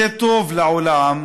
זה טוב לעולם,